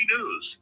News